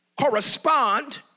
correspond